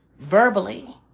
verbally